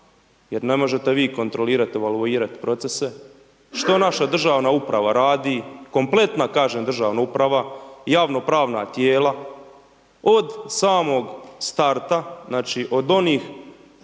jer ne možete vi kontrolirati, evaluirati procese. Što naša državna uprava radi? Kompletna kažem državna uprava, javno pravna tijela, od samog starta, znači od onih